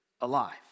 alive